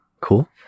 cool